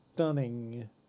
Stunning